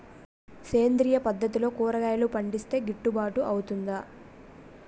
సేంద్రీయ పద్దతిలో కూరగాయలు పండిస్తే కిట్టుబాటు అవుతుందా?